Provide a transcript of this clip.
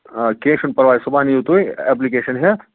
آ کیٚنٛہہ چھُنہٕ پَرواے صُبحَن یِیِو تُہۍ اٮ۪پلِکیشَن ہٮ۪تھ